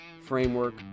framework